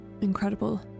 incredible